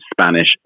Spanish